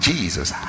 Jesus